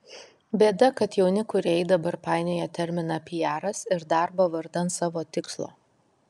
bėda kad jauni kūrėjai dabar painioja terminą piaras ir darbą vardan savo tikslo